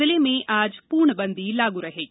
जिले में आज पूर्णबंदी लागू रहेगी